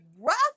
rough